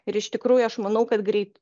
ir iš tikrųjų aš manau kad greit